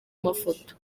mafoto